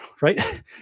right